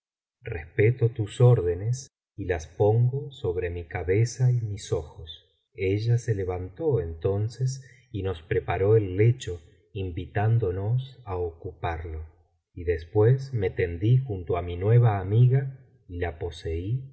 respeto tus órdenes y las pongo sobre mi cabeza y mis ojos ella se levantó entonces y nos preparó el lecho invitándonos á ocuparlo y después me tendí junto á mi nueva amiga y la